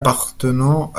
appartenant